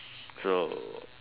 so